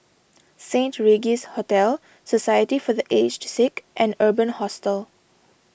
Saint Regis Hotel Society for the Aged Sick and Urban Hostel